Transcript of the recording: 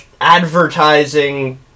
advertising